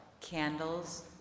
candles